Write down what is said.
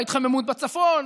בהתחממות בצפון,